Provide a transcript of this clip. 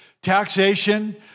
Taxation